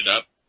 up